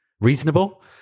reasonable